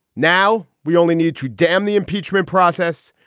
now we only need to dam the impeachment process.